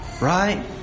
right